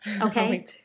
Okay